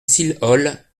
silhol